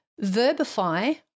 verbify